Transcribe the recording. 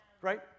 Right